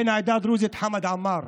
בן העדה הדרוזית, חמד עמאר,